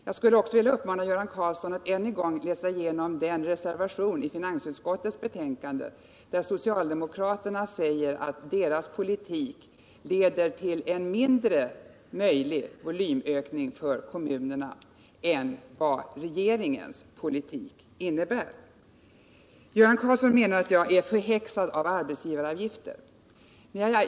Jag skulle också vilja uppmana Göran Karlsson att än en gång läsa igenom den reservation i finansutskottets betänkande där socialdemokraterna säger att deras politik leder till en mindre volymökning för kommunerna än regeringens politik. Göran Karlsson menar att jag är förhäxad av arbetsgivaravgifterna.